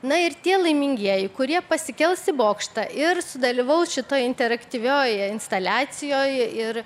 na ir tie laimingieji kurie pasikels į bokštą ir sudalyvaus šitoj interaktyvioj instaliacijoj ir